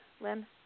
Lynn